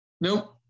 Nope